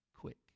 Quick